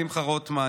שמחה רוטמן,